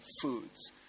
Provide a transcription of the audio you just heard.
foods